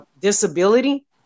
disability